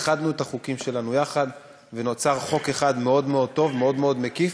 איחדנו את החוקים שלנו ונוצר חוק אחד מאוד מאוד טוב ומאוד מאוד מקיף,